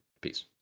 peace